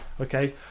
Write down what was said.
okay